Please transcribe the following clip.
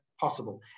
possible